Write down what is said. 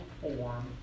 form